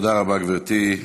תודה רבה, גברתי.